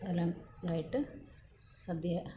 കാലങ്ങളായിട്ട് സദ്യ